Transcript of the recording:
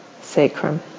sacrum